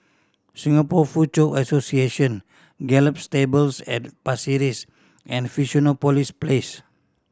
Singapore Foochow Association Gallop Stables at Pasir Ris and Fusionopolis Place